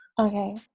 okay